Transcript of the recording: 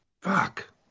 Fuck